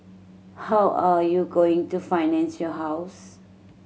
how are you going to finance your house